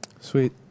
sweet